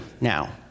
now